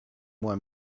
moi